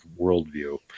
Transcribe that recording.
worldview